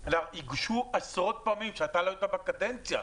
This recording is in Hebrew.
הוגשו עשרות פעמים כשאתה לא היית בקדנציה.